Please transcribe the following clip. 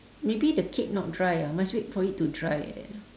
maybe the cake not dry ah must wait for it to dry like that